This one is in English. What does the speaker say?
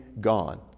gone